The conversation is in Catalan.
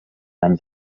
anys